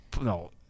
no